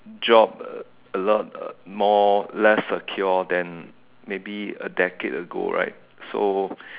job a lot uh more less secure than maybe a decade ago right so